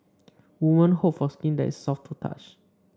women hope for skin that is soft to the touch